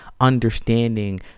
understanding